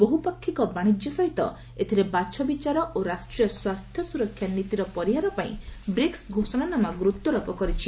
ବହୁପାକ୍ଷିକ ବାଶିଜ୍ୟ ସହିତ ଏଥିରେ ବାଛବିଚାର ଓ ରାଷ୍ଟ୍ରୀୟ ସ୍ୱାର୍ଥସୁରକ୍ଷା ନୀତିର ପରିହାର ପାଇଁ ବ୍ରିକ୍ସ ଘୋଷଣାନାମା ଗୁରୁତ୍ୱାରୋପ କରିଛି